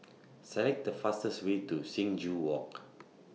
Select The fastest Way to Sing Joo Walk